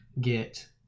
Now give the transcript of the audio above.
get